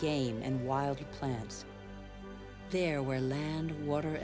game and wild plants there where land water